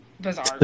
bizarre